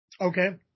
Okay